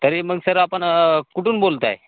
तरी मग सर आपण कुठून बोलताय